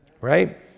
right